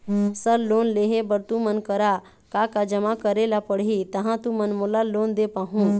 Sir loan लेहे बर तुमन करा का का जमा करें ला पड़ही तहाँ तुमन मोला लोन दे पाहुं?